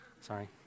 Sorry